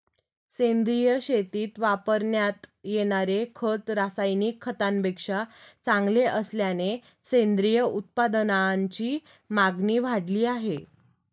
सेंद्रिय शेतीत वापरण्यात येणारे खत रासायनिक खतांपेक्षा चांगले असल्याने सेंद्रिय उत्पादनांची मागणी वाढली आहे